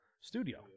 studio